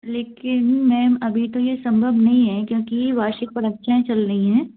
लेकिन मैम अभी तो ये संभव नहीं है क्योंकि वार्षिक परीक्षाएं चल रहीं हैं